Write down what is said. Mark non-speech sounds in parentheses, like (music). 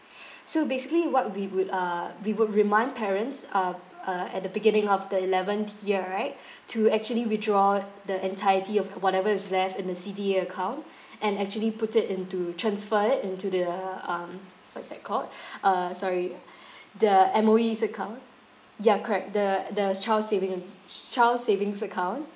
so basically what we would uh we would remind parents um uh at the beginning of the eleventh year right to actually withdraw the entirety of whatever is left in the C_D_A account and actually put it into transfer it into the um what's that called uh sorry the M_O_E's account ya correct the the child saving (noise) child savings account